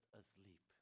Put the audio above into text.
asleep